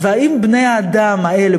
והאם בני-האדם האלה,